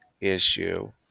issue